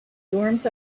dorms